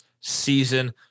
season